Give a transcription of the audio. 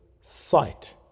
sight